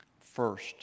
First